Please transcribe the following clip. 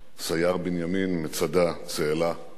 סייר-בנימין, מצדה, צאלה,